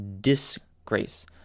disgrace